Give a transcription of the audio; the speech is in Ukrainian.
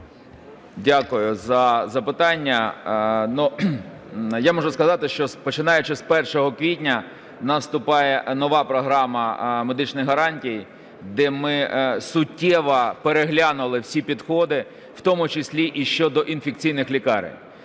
Дякую за запитання. Я можу сказати, що, починаючи з 1 квітня, у нас вступає нова Програма медичних гарантій, де ми суттєво переглянули всі підходи, в тому числі і щодо інфекційних лікарень.